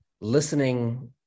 listening